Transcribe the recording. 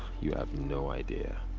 you have no idea.